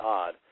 odd